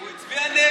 הוא הצביע נגד,